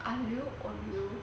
aglio oglio